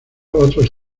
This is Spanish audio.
otros